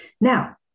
Now